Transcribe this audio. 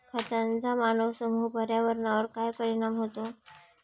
खतांचा मानवांसह पर्यावरणावर काय परिणाम होतो?